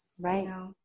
Right